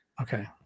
okay